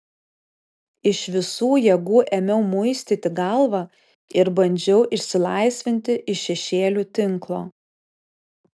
iš visų jėgų ėmiau muistyti galvą ir bandžiau išsilaisvinti iš šešėlių tinklo